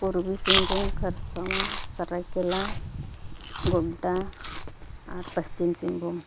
ᱯᱩᱨᱵᱤ ᱥᱤᱝᱵᱷᱩᱢ ᱠᱷᱚᱨᱥᱚᱶᱟ ᱥᱚᱨᱟᱭᱠᱮᱞᱟ ᱜᱳᱰᱰᱟ ᱟᱨ ᱯᱚᱥᱪᱷᱤᱢ ᱥᱤᱝᱵᱷᱩᱢ